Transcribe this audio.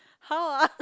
how ah